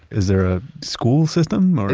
is there a school system, or,